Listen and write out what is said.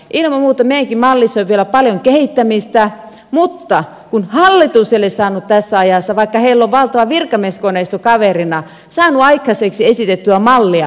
ilman muuta meidänkin mallissamme on vielä paljon kehittämistä mutta hallitus ei ole tässä ajassa vaikka heillä on valtava virkamieskoneisto kaverina saanut aikaiseksi esitettyä mallia